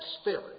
spirit